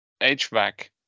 HVAC